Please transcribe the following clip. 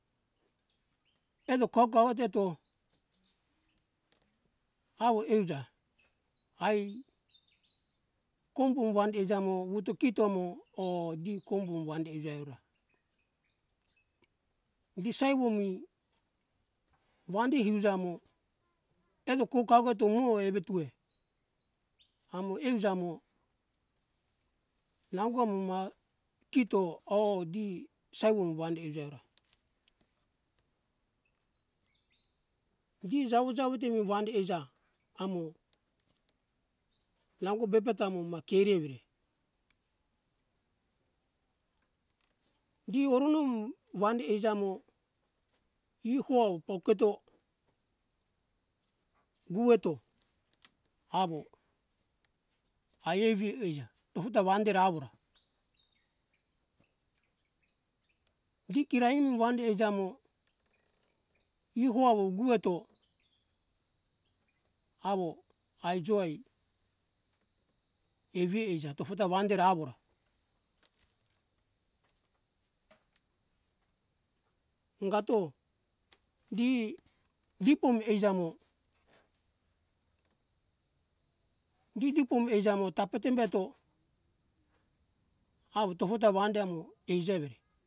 Eto ko gawo teto awo euja ai kombu wande iuja mo wutu kito mo oh gi kombu wande iuja eora di sai wumu wandi iuja mo eno ko kago eto mo evetue amo euja mo nango muma kito oh di saiwo wandi iuja eora di jawo jawo te wandi iuja amo nango bebeta moma keri evire di oronomu wande eija mo iho poketo gueto awo aievi ra tofu ta wande awora gikira imu wande ija mo iho awo gueto awo aijo ai evi ija tofo ta wande awora ingato gigi pum eija mo giti pum eija mo tape timbeto awo tofo ta wande mo eija evere